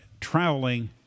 traveling